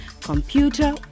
computer